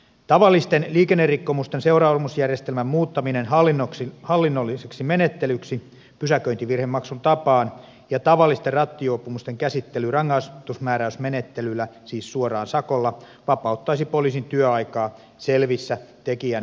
tavallisten liikennerikkomusten seuraamusjärjestelmän muuttaminen hallinnolliseksi menettelyksi pysäköintivirhemaksun tapaan ja tavallisten rattijuopumusten käsittely rangaistusmääräysmenettelyllä siis suoraan sakolla vapauttaisi poliisin työaikaa selvissä tekijän myöntämissä jutuissa